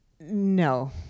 No